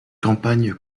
campagne